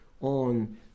on